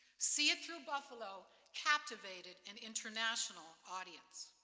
see it through buffalo captivated an international audience.